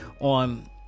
on